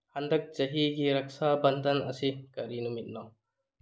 ꯍꯟꯗꯛ ꯆꯍꯤꯒꯤ ꯔꯛꯁꯥ ꯕꯟꯙꯟ ꯑꯁꯤ ꯀꯔꯤ ꯅꯨꯃꯤꯠꯅꯣ